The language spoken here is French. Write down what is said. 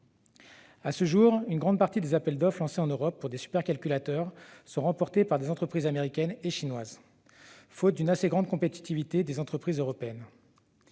À ce jour, une grande partie des appels d'offres lancés en Europe pour de tels équipements sont remportés par des entreprises américaines et chinoises, faute d'une compétitivité suffisante des entreprises européennes.